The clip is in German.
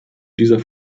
dieser